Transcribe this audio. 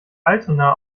altona